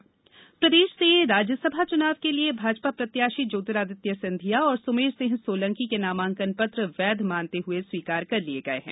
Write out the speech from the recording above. राज्यसभा नामांकन प्रदेश से राज्यसभा चुनाव के लिए भाजपा प्रत्याशी ज्योतिरादित्य सिंधिया और सुमेर सिंह सोलंकी के नामांकन पत्र वैध मानते हुए स्वीकार कर लिए गए हैं